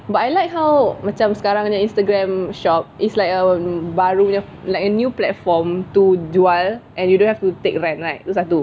but I like how macam sekarang punya Instagram shop is like a baru punya like a new platform to jual and you don't have to take rent right itu satu